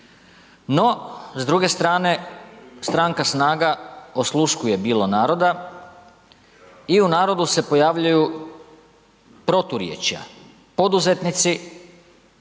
No, s druge strane Stranka SNAGA osluškuje bilo naroda i u narodu se pojavljuju proturječja. Poduzetnici